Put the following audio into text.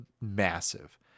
massive